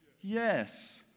Yes